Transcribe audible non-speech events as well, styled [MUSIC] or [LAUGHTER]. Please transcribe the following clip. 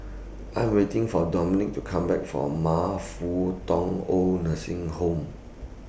I Am waiting For Dominick to Come Back from [UNINTELLIGIBLE] Fut Tong Oid Nursing Home